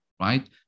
right